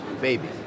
baby